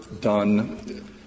done